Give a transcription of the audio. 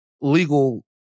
legal